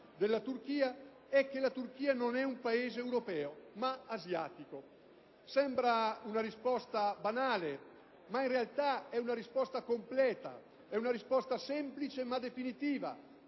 della Turchia è che la Turchia non è un Paese europeo ma asiatico. Sembra una risposta banale, ma in realtà è una risposta completa, semplice ma definitiva,